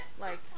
like-